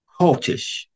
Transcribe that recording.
cultish